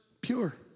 pure